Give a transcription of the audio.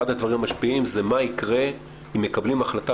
אחד הדברים המשפיעים זה מה יקרה אם מקבלים החלטה